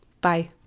Bye